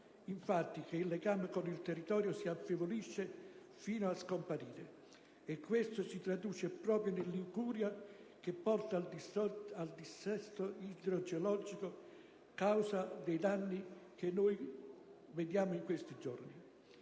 infatti, che il legame con il territorio si affievolisce, fino a scomparire. E questo si traduce poi nell'incuria, che porta al dissesto idrogeologico, causa prima dei danni di questi giorni.